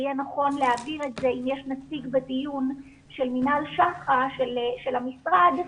אם יש נציג בדיון של מינהל שח"א של המשרד,